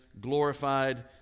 glorified